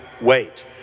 wait